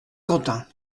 quentin